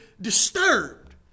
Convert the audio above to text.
disturbed